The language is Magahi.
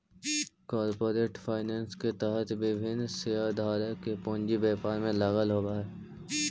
कॉरपोरेट फाइनेंस के तहत विभिन्न शेयरधारक के पूंजी व्यापार में लगल होवऽ हइ